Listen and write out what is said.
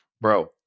Bro